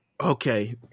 Okay